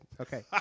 Okay